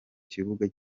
kibuga